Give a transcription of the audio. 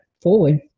forward